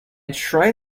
tried